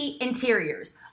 interiors